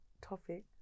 topic